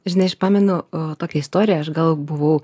žinai aš pamenu o tokią istoriją aš gal buvau